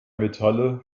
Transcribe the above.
metalle